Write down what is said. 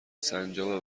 سنجابه